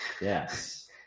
Yes